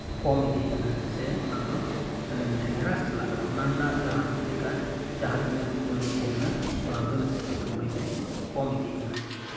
ᱠᱚᱢ ᱤᱫᱤᱜ ᱠᱟᱱᱟ ᱥᱮ ᱚᱱᱟᱫᱚ ᱦᱮᱨᱟᱥ ᱪᱟᱞᱟᱜ ᱠᱟᱱᱟ ᱚᱱᱟᱨᱮᱱᱟᱜ ᱡᱟᱦᱟᱸ ᱞᱮᱠᱟ ᱡᱟᱦᱟᱸ ᱛᱤᱱᱟᱹᱜ ᱢᱩᱞᱞᱚ ᱛᱟᱦᱮᱸ ᱠᱟᱱᱟ ᱚᱱᱟᱫᱚ ᱱᱤᱛᱚᱜ ᱫᱚ ᱵᱟᱹᱭ ᱵᱟᱹᱭᱛᱮ ᱠᱚᱢ ᱤᱫᱤᱜ ᱠᱟᱱᱟ